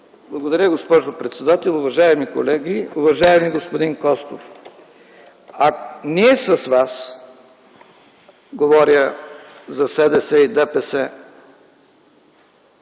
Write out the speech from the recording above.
Благодаря, госпожо председател. Уважаеми колеги, уважаеми господин Костов! Ние с Вас, говоря за СДС и ДПС,